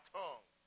tongue